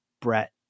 Brett